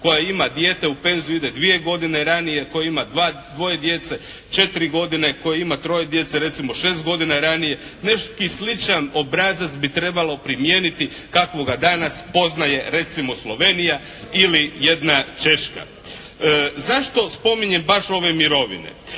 koja ima dijete u penziju ide dvije godine ranije, koja ima dvoje djece četiri godine, koja ima troje djece recimo šest godina ranije. Neki sličan obrazac bi trebalo primijeniti kakvoga danas poznaje recimo Slovenija ili jedna Češka. Zašto spominjem baš ove mirovine?